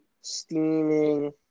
steaming